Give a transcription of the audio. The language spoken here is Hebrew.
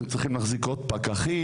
אתם צריכים להחזיק עוד פקחים